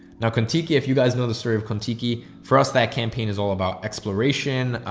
now kontiki if you guys know the story of kontiki for us, that campaign is all about exploration,